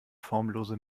formlose